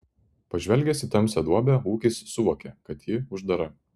pažvelgęs į tamsią duobę ūkis suvokė kad ji uždara